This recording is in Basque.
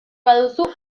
baduzu